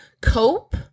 cope